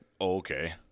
Okay